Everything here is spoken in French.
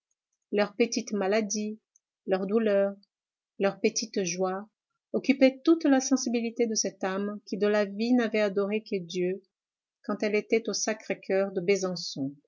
leurs petites maladies leurs douleurs leurs petites joies occupaient toute la sensibilité de cette âme qui de la vie n'avait adoré que dieu quand elle était au sacré-coeur de besançon